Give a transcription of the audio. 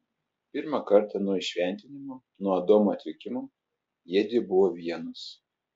pirmą kartą nuo įšventinimo nuo adamo atvykimo jiedvi buvo vienos